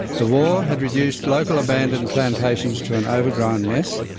the war had reduced local abandoned plantations to an overgrown mess,